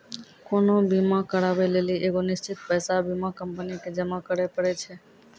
कोनो बीमा कराबै लेली एगो निश्चित पैसा बीमा कंपनी के जमा करै पड़ै छै